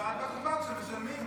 לבד בקופה כשמשלמים.